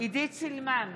עידית סילמן,